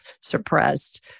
suppressed